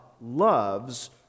loves